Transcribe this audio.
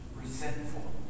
resentful